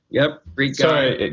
yep, great guy.